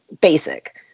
basic